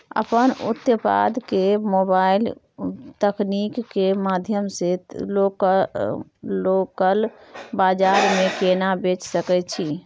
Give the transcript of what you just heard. अपन उत्पाद के मोबाइल तकनीक के माध्यम से लोकल बाजार में केना बेच सकै छी?